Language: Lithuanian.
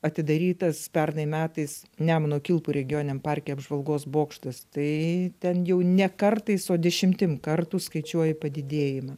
atidarytas pernai metais nemuno kilpų regioniniam parke apžvalgos bokštas tai ten jau ne kartais o dešimtim kartų skaičiuoja padidėjimą